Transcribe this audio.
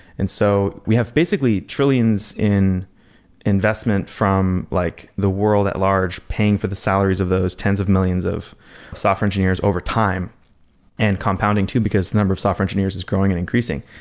and so we have basically trillions in investment from like the world at large paying for the salaries of those tens of millions of software engineers over time and compounding too, because the number of software engineers is growing and increasing.